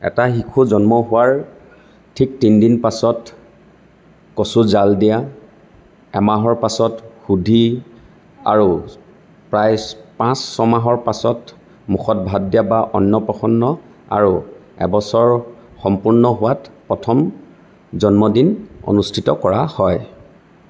এটা শিশু জন্ম হোৱাৰ ঠিক তিনিদিন পাছত কচু জাল দিয়া এমাহৰ পাছত সুদীৰ আৰু প্ৰায় পাঁচ ছমাহৰ পাছত মুখত ভাত দিয়া বা অন্নপ্ৰসন্ন আৰু এবছৰ সম্পূৰ্ণ হোৱাত প্ৰথম জন্মদিন অনুষ্ঠিত কৰা হয়